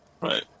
right